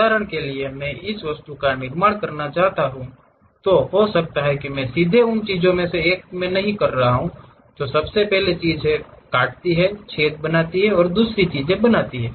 उदाहरण के लिए मैं इस वस्तु का निर्माण करना चाहता हूं हो सकता है कि मैं सीधे उन चीजों में से एक में नहीं रहूं जो सबसे पहले चीजों को काटती हैं छेद बनाती हैं और दूसरी चीजें बनाती हैं